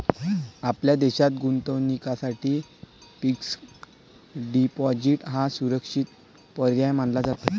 आपल्या देशात गुंतवणुकीसाठी फिक्स्ड डिपॉजिट हा सुरक्षित पर्याय मानला जातो